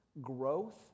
Growth